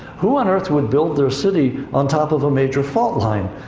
who on earth would build their city on top of a major fault line?